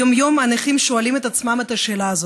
יום-יום הנכים שואלים את עצמם את השאלה הזאת.